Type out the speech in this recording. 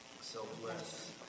Selfless